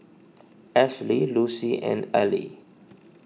Ashley Lucy and Aili